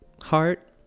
heart